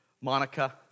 Monica